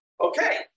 Okay